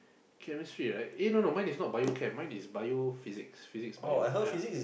chemistry right eh no no mine is not Bio Chem mine is physics physics bio yeah